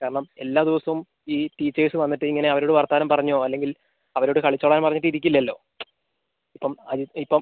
കാരണം എല്ലാ ദിവസവും ഈ ടീച്ചേഴ്സ് വന്നിട്ട് ഇങ്ങന അവരോട് വർത്താനം പറഞ്ഞോ അല്ലെങ്കിൽ അവരോട് കളിച്ചോളാൻ പറഞ്ഞിട്ട് ഇരിക്കില്ലല്ലോ ഇപ്പം അത് ഇപ്പം